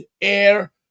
Air